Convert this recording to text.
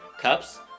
cups